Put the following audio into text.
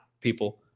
people